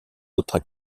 autres